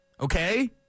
Okay